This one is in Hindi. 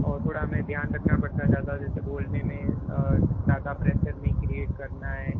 और थोड़ा हमें ध्यान रखना पड़ता है ज़्यादा जैसे बोलने में ज़्यादा प्रेशर नहीं क्रिएट करना है